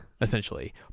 essentially